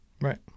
right